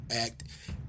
act